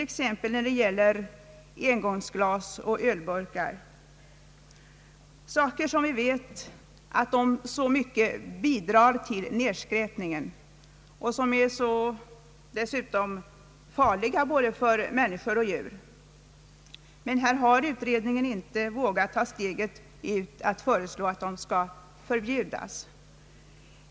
Exempelvis när det gäller engångsglas och ölburkar — som vi vet bidrar mycket till nedskräpningen och dessutom är farliga för både djur och människor — har utredningen inte vågat ta steget fullt ut och föreslå att de skall förbjudas.